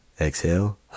exhale